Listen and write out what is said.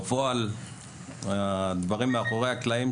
ובפועל מאחורי הקלעים,